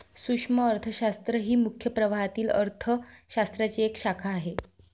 सूक्ष्म अर्थशास्त्र ही मुख्य प्रवाहातील अर्थ शास्त्राची एक शाखा आहे